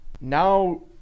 now